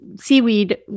seaweed